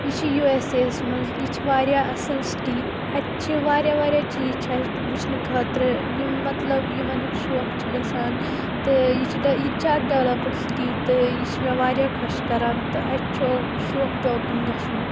یہِ چھُ U S A یَس منٛز یہِ چھِ واریاہ اَصٕل سِٹی اَتہِ چھِ واریاہ واریاہ چیٖز چھِ اَتہِ وٕچھنہٕ خٲطرٕ یِم مطلب یِمن ہُنٛد شوق چھِ گژھان تہٕ یہِ چھِ یہِ تہِ چھِ اکھ ڈٮ۪ولَپٕڈ سِٹی تہٕ یہِ چھِ مےٚ واریاہ خۄش کَران تہٕ اَسہِ چھُ شوق تہِ اوکُن گژھنُک